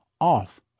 off